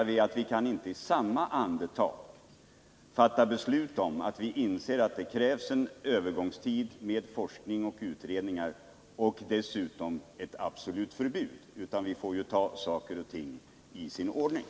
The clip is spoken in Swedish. Vi kan inte både ha den uppfattningen att det krävs en övergångstid med forskning och utredningar och i samma andetag kräva ett absolut förbud. Man får ta saker och ting i rätt ordning.